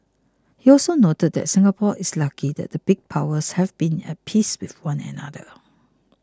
he also noted that Singapore is lucky that the big powers have been at peace with one another